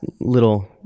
little